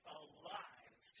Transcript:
alive